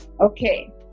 Okay